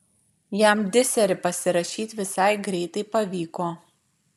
jam diserį pasirašyt visai greitai pavyko